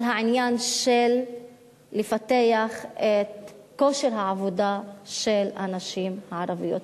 העניין של לפתח את כושר העבודה של הנשים הערביות.